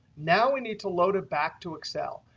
now, we need to load it back to excel.